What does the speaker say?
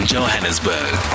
Johannesburg